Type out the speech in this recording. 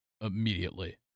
immediately